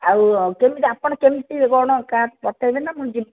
ଆଉ କେମିତି ଆପଣ କେମିତି କାର୍ ପଠାଇବେ ନା ମୁଁ ଯିବି